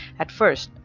at first,